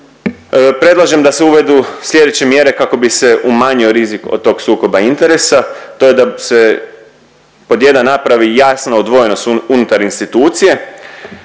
Predlažem da se uvedu sljedeće mjere kako bi se umanjio rizik od tog sukoba interesa, to je da se pod 1 napravi jasno odvojenost unutar institucije.